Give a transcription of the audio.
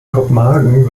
kopenhagen